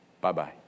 Bye-bye